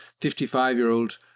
55-year-old